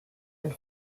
and